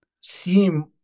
seem